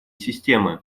системы